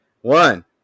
One